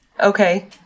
Okay